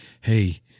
hey